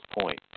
point